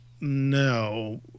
No